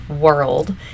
world